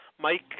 Mike